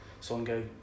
Songo